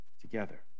together